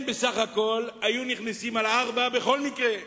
הם בסך הכול היו נכנסים על ארבע בכל מקרה.